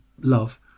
love